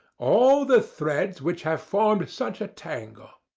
all the threads which have formed such a tangle.